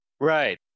Right